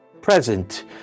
present